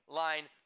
line